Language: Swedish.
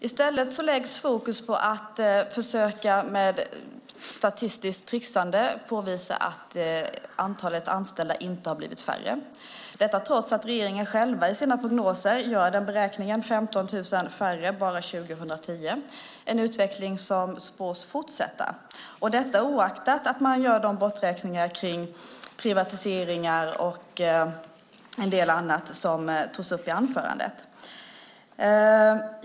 I stället läggs fokus på att med statistiskt tricksande försöka påvisa att antalet anställda inte har blivit färre trots att regeringen själv i sina prognoser gör beräkningen 15 000 färre bara 2010. Det är en utveckling som spås fortsätta även om man gör borträkningar för privatiseringar och en del annat som togs upp i anförandet.